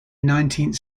nineteenth